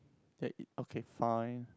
okay fine